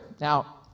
Now